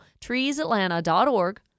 TreesAtlanta.org